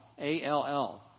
A-L-L